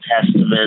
testament